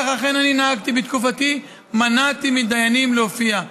כך אכן אני נהגתי בתקופתי, מנעתי מדיינים להופיע.